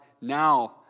now